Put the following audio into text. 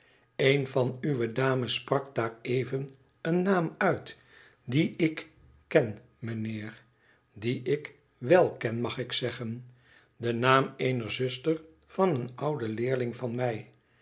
en van uwe dames sprak daar even een naam uit dien ik ken mijnheer dien ik wèl ken mag ik zeggen den naam eener zuster van een ouden leerling van mij